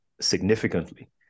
significantly